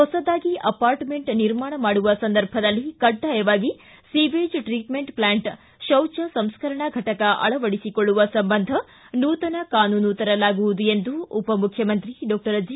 ಹೊಸದಾಗಿ ಅಪಾರ್ಟ್ಮೆಂಟ್ ನಿರ್ಮಾಣ ಮಾಡುವ ಸಂದರ್ಭದಲ್ಲಿ ಕಡ್ಡಾಯವಾಗಿ ಸೀವೇಜ್ ಟ್ರೀಟ್ಮೆಂಟ್ ಪ್ಲಾಂಟ್ ಕೌಜ ಸಂಸ್ಗರಣಾ ಫಟಕ ಅಳವಡಿಸಿಕೊಳ್ಳುವ ಸಂಬಂಧ ನೂತನ ಕಾನೂನು ತರಲಾಗುವುದು ಎಂದು ಉಪಮುಖ್ಯಮಂತ್ರಿ ಡಾಕ್ಷರ್ ಜಿ